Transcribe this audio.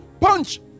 punch